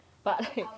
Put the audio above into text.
but